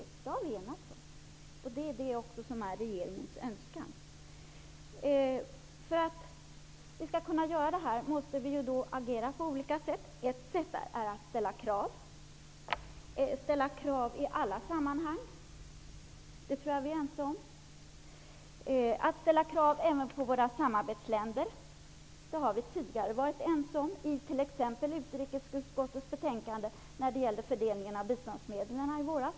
Det har riksdagen enats om. Det är det som är regeringens önskan. För att kunna göra det måste vi agera på olika sätt. Ett sätt är att ställa krav i alla sammanhang. Det tror jag att vi är ense om. Vi måste även ställa krav på våra samarbetsländer. Det har vi tidigare varit ense om, t.ex. i utrikesutskottets betänkande om fördelningen av biståndsmedlen från i våras.